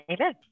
Amen